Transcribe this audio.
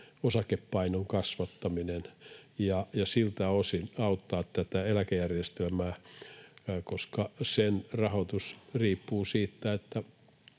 osakepainon kasvattaminen ja siltä osin auttaa tätä eläkejärjestelmää, koska sen rahoitus riippuu siitä, miten